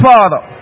Father